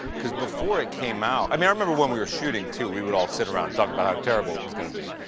because before it came out eye mean, i remember when we were shooting, too, we would sit around and talk about how ternal it was going to be.